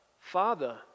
Father